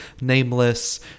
nameless